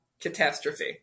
catastrophe